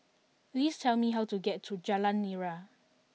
please tell me how to get to Jalan Nira